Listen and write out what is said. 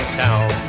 town